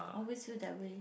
always feel that way